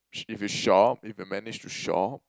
if you shop if you manage to shop